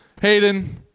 Hayden